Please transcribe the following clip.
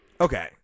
Okay